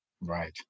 Right